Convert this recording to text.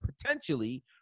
potentially